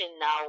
now